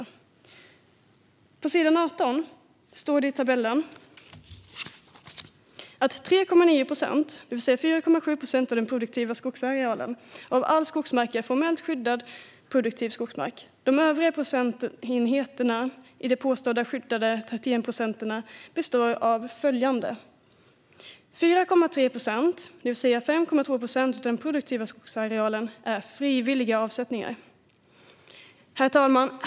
I tabellen på sidan 18 står det att 3,9 procent av all skogsmark, det vill säga 4,7 procent av den produktiva skogsarealen, är formellt skyddad produktiv skogsmark. De övriga procentenheterna av de påstådda skyddade 31 procenten består av följande: 4,3 procent är frivilliga avsättningar, det vill säga 5,2 procent av den produktiva skogsarealen. Herr talman!